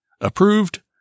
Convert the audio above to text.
Approved